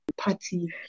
party